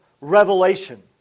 revelation